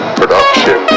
production